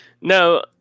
No